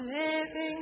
living